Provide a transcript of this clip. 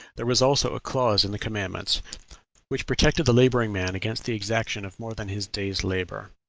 there was also a clause in the commandments which protected the laboring man against the exaction of more than his day's labor.